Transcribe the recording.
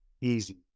easy